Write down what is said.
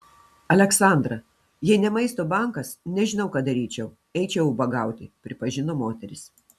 aleksandra jei ne maisto bankas nežinau ką daryčiau eičiau ubagauti pripažino moteris